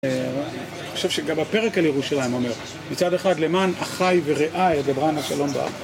אני חושב שגם הפרק על ירושלים אומר, מצד אחד, למען אחי ורעי אדברה נא שלום בך